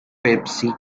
pepsi